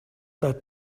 that